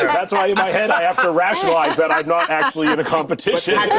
that's why in my head i have to rationalize that i'm not actually in a competition.